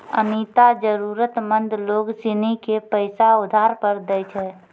अनीता जरूरतमंद लोग सिनी के पैसा उधार पर दैय छै